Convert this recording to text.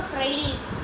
Fridays